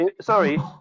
Sorry